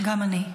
גם אני.